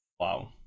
Wow